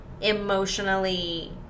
emotionally